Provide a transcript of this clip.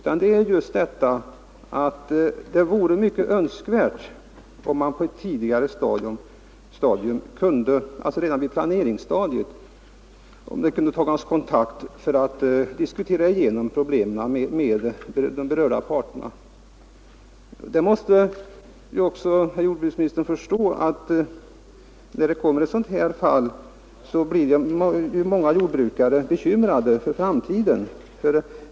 Men det vore önskvärt om det på ett tidigare stadium — redan vid planeringen — kunde tas kontakt för att diskutera igenom problemen med de berörda parterna. Herr jordbruksministern måste ju förstå att ett sådant här fall gör att många jordbrukare blir bekymrade för framtiden.